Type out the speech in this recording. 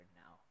now